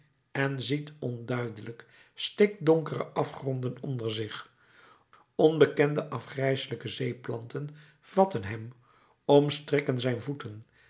en ziet onduidelijk stikdonkere afgronden onder zich onbekende afgrijselijke zeeplanten vatten hem omstrikken zijn voeten